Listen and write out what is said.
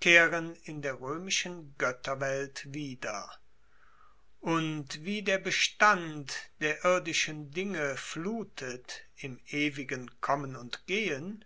kehren in der roemischen goetterwelt wieder und wie der bestand der irdischen dinge flutet im ewigen kommen und gehen